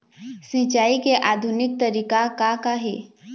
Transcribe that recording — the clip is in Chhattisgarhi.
सिचाई के आधुनिक तरीका का का हे?